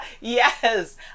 Yes